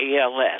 ALS